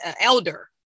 elder